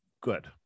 good